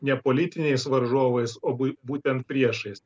ne politiniais varžovais o būtent priešais